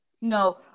no